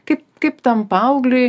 kaip kaip tam paaugliui